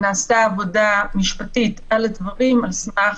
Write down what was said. זה לא חלק מהדיון עצמו,